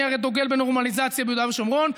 הרי אני דוגל בנורמליזציה ביהודה ושומרון.